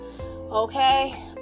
Okay